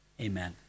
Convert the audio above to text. Amen